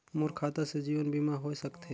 मोर खाता से जीवन बीमा होए सकथे?